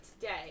today